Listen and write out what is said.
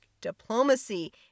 diplomacy